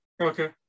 Okay